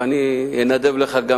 אבל אני אנדב לך גם